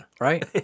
Right